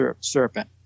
serpent